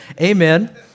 Amen